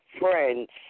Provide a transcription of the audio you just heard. friends